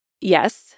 Yes